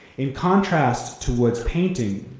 in contrast to wood's painting,